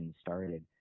started